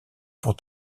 pour